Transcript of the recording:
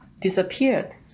disappeared